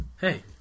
Hey